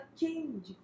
change